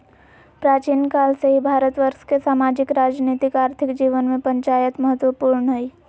प्राचीन काल से ही भारतवर्ष के सामाजिक, राजनीतिक, आर्थिक जीवन में पंचायत महत्वपूर्ण हइ